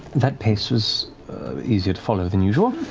that pace was easier to follow than usual.